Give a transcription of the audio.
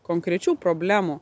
konkrečių problemų